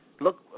Look